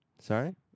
Sorry